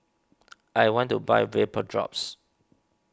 I want to buy Vapodrops